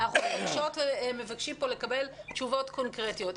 ואנחנו מבקשים פה לקבל תשובות קונקרטיות.